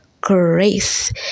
grace